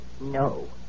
No